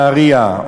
בית-החולים בנהרייה,